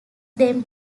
them